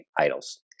idols